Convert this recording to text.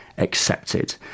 Accepted